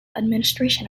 administration